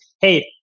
Hey